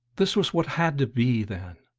this was what had to be, then.